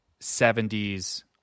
70s